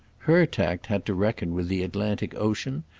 her tact had to reckon with the atlantic ocean,